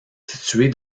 située